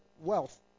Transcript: wealth